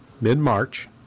mid-March